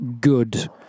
good